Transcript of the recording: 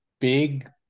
big